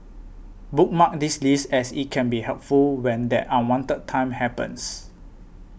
bookmark this list as it can be helpful when that unwanted time happens